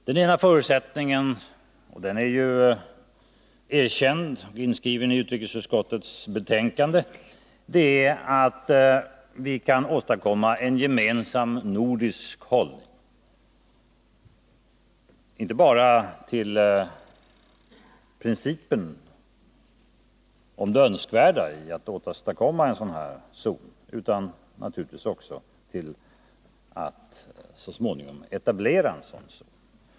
Den ena förutsättningen — och den är ju erkänd, inskriven i utrikesutskottets betänkande — är att vi kan åstadkomma en gemensam nordisk hållning, inte bara till principen om det önskvärda i att få till stånd en sådan här zon utan naturligtvis också till att så småningom etablera en sådan zon.